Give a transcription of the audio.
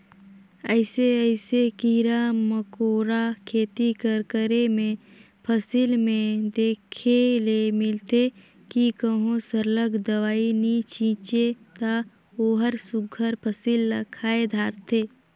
अइसे अइसे कीरा मकोरा खेती कर करे में फसिल में देखे ले मिलथे कि कहों सरलग दवई नी छींचे ता ओहर सुग्घर फसिल ल खाए धारथे